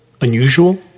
Unusual